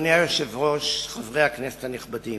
אדוני היושב-ראש, חברי הכנסת הנכבדים,